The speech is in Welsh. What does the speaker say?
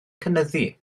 cynyddu